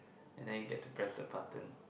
and then you get to press the button